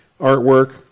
artwork